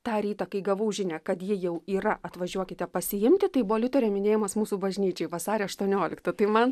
tą rytą kai gavau žinią kad ji jau yra atvažiuokite pasiimti tai buvo liuterio minėjimas mūsų bažnyčioj vasario aštuoniolikta tai man